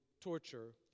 torture